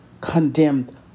condemned